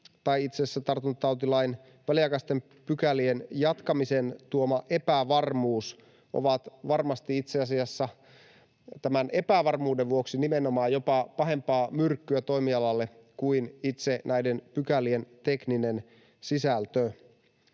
tai itse asiassa tartuntatautilain väliaikaisten pykälien jatkamisen tuoma epävarmuus on varmasti nimenomaan tämän epävarmuuden vuoksi jopa pahempaa myrkkyä toimialalle kuin itse näiden pykälien tekninen sisältö.